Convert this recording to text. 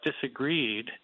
disagreed